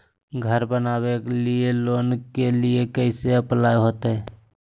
घर बनावे लिय लोन के लिए कैसे अप्लाई होगा?